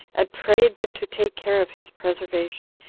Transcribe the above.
and prayed them to take care of his preservation,